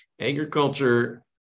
agriculture